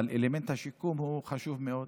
אבל אלמנט השיקום חשוב מאוד,